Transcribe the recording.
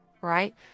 Right